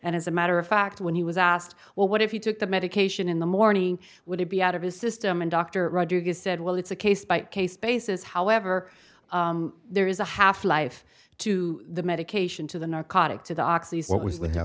and as a matter of fact when he was asked well what if you took the medication in the morning would it be out of his system and dr rodriguez said well it's a case by case basis however there is a half life to the medication to the narcotic to the oxys what was